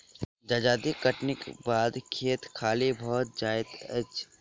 जजाति कटनीक बाद खेत खाली भ जाइत अछि